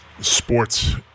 sports